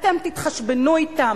אתם תתחשבנו אתם,